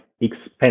expensive